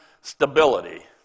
stability